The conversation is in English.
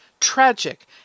tragic